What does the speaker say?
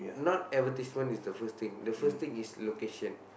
not advertisement is the first thing the first thing is location